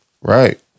Right